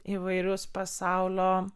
įvairius pasaulio